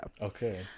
okay